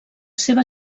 seva